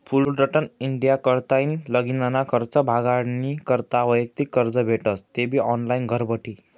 Fullerton India कडताईन लगीनना खर्च भागाडानी करता वैयक्तिक कर्ज भेटस तेबी ऑनलाईन घरबठी